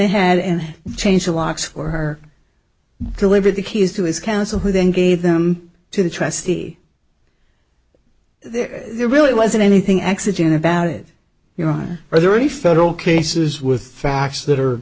ahead and change the locks for her deliver the keys to his council who then gave them to the trustee there really wasn't anything exigent about it you know are there any federal cases with facts that are